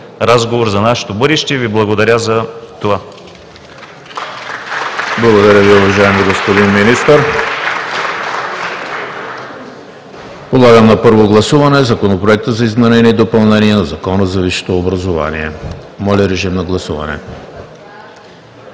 разговор за нашето бъдеще и Ви благодаря за това.